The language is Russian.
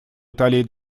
италии